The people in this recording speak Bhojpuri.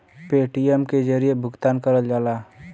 पेटीएम के जरिये भुगतान करल जाला